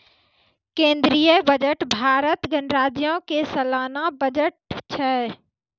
केंद्रीय बजट भारत गणराज्यो के सलाना बजट छै